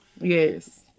Yes